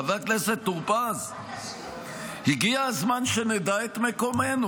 חבר הכנסת טור פז, הגיע הזמן שנדע את מקומנו.